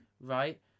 right